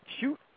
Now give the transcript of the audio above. shoot